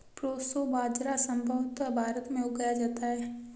proso बाजरा संभवत भारत में उगाया जाता है